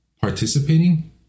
participating